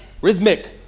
Rhythmic